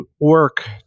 work